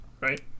right